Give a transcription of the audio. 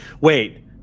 Wait